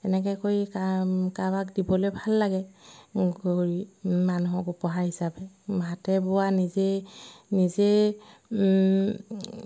এনেকৈ কৰি কা কাৰোবাক দিবলৈ ভাল লাগে কৰি মানুহক উপহাৰ হিচাপে হাতে বোৱা নিজে নিজে